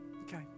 Okay